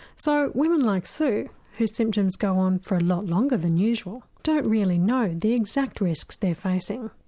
so women like sue whose symptoms go on for a lot longer than usual don't really know the exact risks they're facing.